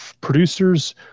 producers